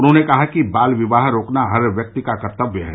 उन्होंने कहा कि बाल विवाह रोकना हर व्यक्ति का कर्तव्य है